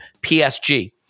PSG